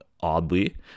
oddly